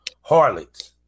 Harlots